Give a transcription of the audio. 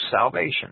Salvation